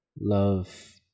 love